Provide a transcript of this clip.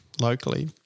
locally